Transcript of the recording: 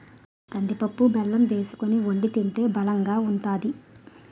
కందిపప్పు బెల్లం వేసుకొని వొండి తింటే బలంగా ఉంతాది